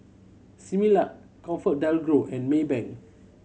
Similac ComfortDelGro and Maybank